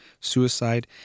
suicide